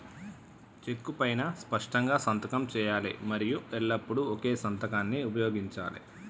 చెక్కు పైనా స్పష్టంగా సంతకం చేయాలి మరియు ఎల్లప్పుడూ ఒకే సంతకాన్ని ఉపయోగించాలే